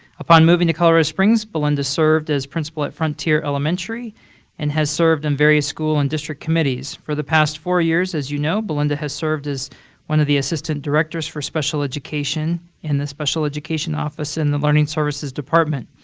upon moving to colorado, springs, belinda served as principal at frontier elementary and has served in various school and district committees. for the past four years, as you know, belinda has served as one of the assistant directors for special education in the special education office in the learning services department.